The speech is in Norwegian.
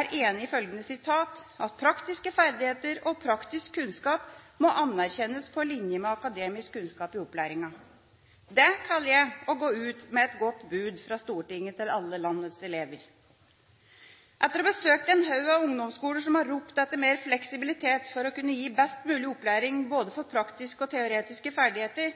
er enig i at «praktiske ferdigheter og kunnskap må anerkjennes på linje med akademisk kunnskap i opplæringen». Det kaller jeg å gå ut med et godt bud fra Stortinget til alle landets elever! Etter å ha besøkt en rekke ungdomsskoler som har ropt etter mer fleksibilitet for å kunne gi best mulig opplæring både for praktiske og teoretiske ferdigheter,